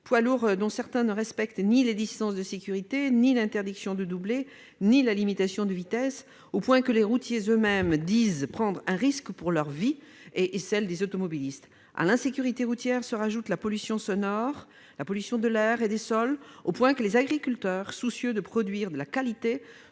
poids lourds ne respectent ni les distances de sécurité, ni l'interdiction de doubler, ni la limitation de vitesse, au point que les routiers eux-mêmes disent prendre un risque pour leur vie et celle des automobilistes. À l'insécurité routière s'ajoutent la pollution sonore ainsi que la pollution de l'air et des sols, si bien que les agriculteurs, soucieux de produire de la qualité,